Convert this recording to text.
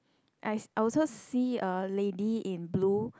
I I also see a lady in blue